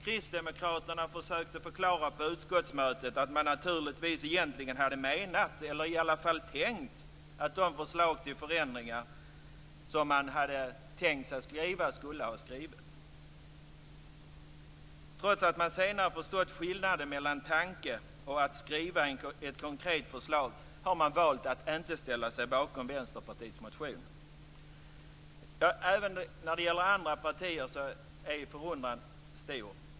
Kristdemokraterna försökte på utskottsmötet förklara att man naturligtvis egentligen hade menat, eller i alla fall hade tänkt, att de förslag till förändringar som man hade tänkt skriva också skulle ha skrivits. Trots att man senare förstått skillnaden mellan tanken och att skriva ett konkret förslag har man valt att inte ställa sig bakom Vänsterpartiets motion. Även när det gäller andra partier är förundran stor.